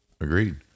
agreed